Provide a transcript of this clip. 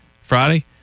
Friday